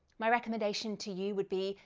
my recommendation to you would be,